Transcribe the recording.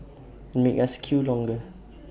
and make us queue longer